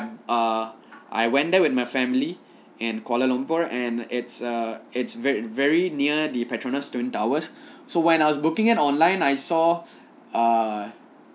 ah I went there with my family and kuala lumpur and it's err it's very very near the petronas twin towers so when I was booking it online I saw uh